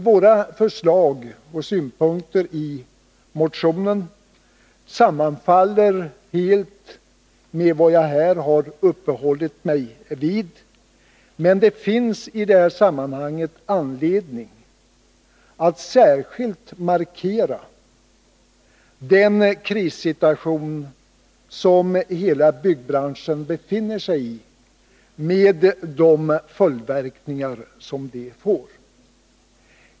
Våra förslag och synpunkter i motionen sammanfaller helt med vad jag här uppehållit mig vid. Men det finns i det här sammanhanget anledning att särskilt markera den krissituation som hela byggbranschen befinner sig i med de följdverkningar som detta får.